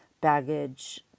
baggage